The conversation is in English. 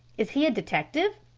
is he a detective?